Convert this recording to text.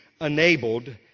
enabled